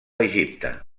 egipte